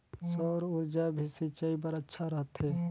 सौर ऊर्जा भी सिंचाई बर अच्छा रहथे?